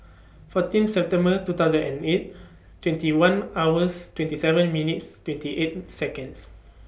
fourteen September two thousand and eight twenty one hours twenty seven minutes twenty eight Seconds